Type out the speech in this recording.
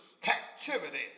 captivity